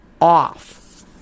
Off